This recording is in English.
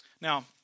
Now